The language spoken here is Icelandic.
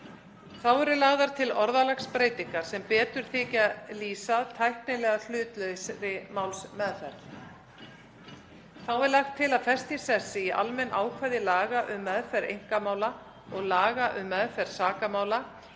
Þá eru lagðar til orðalagsbreytingar sem betur þykja lýsa tæknilega hlutlausri málsmeðferð. Þá er lagt til að festa í sessi, í almenn ákvæði laga um meðferð einkamála og laga um meðferð sakamála,